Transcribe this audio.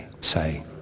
say